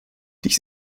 dies